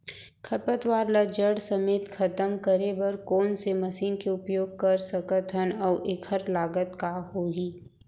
खरपतवार ला जड़ समेत खतम करे बर कोन से मशीन के उपयोग कर सकत हन अऊ एखर लागत का होही?